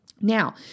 now